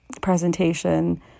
presentation